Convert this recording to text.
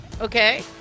Okay